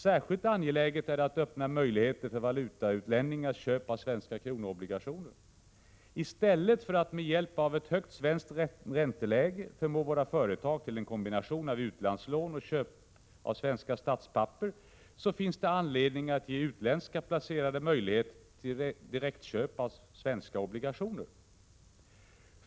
Särskilt angeläget är det att öppna möjligheter för valutautlänningars köp av svenska kronobligationer. I stället för att med hjälp av ett högt svenskt ränteläge förmå våra företag till en kombination av utlandslån och köp av svenska statspapper finns det anledning att ge utländska placerare möjlighet till direktköp av svenska obligationer.